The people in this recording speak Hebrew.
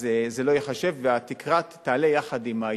אז זה לא ייחשב, והתקרה תעלה יחד עם העדכון.